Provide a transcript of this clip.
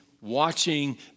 Watching